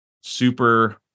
super